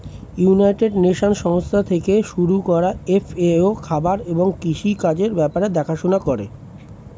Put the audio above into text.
United Nations সংস্থা থেকে শুরু করা এফ.এ.ও খাবার এবং কৃষি কাজের ব্যাপার দেখাশোনা করে